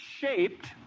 shaped